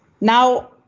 Now